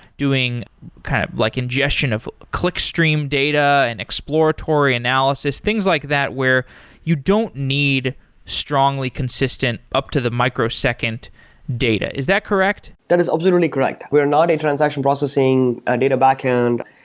doing kind of like ingestion of click stream data and exploratory analysis, things like that where you don't need strongly consistent up-to-the-microsecond data. is that correct? that is absolutely correct. we are not a transaction processing ah data backend.